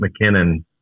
McKinnon